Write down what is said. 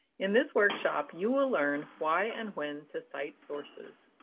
in this workshop, you will learn why and when to cite sources,